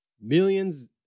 millions